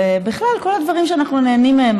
ובכלל כל הדברים שאנחנו נהנים מהם,